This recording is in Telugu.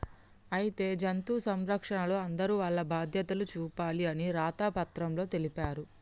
అయితే జంతు సంరక్షణలో అందరూ వాల్ల బాధ్యతలు చూపాలి అని రాత పత్రంలో తెలిపారు